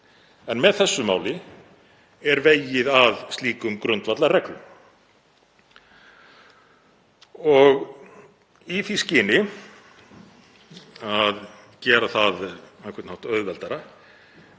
Með þessu máli er vegið að slíkum grundvallarreglum. Og í því skyni að gera það á einhvern hátt auðveldara